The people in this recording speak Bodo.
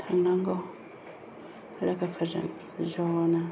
थांनांगौ लोगोफोरजों ज'नो